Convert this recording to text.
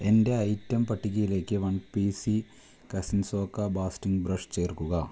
എന്റെ ഐറ്റം പട്ടികയിലേക്ക് one P C കാസിൻസോകാ ബാസ്റ്റിംഗ് ബ്രഷ് ചേർക്കുക